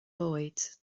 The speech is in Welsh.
bwyd